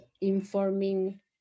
informing